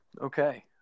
Okay